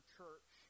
church